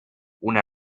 una